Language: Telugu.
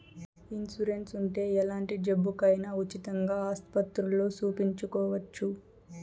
ఇన్సూరెన్స్ ఉంటే ఎలాంటి జబ్బుకైనా ఉచితంగా ఆస్పత్రుల్లో సూపించుకోవచ్చు